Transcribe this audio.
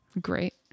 Great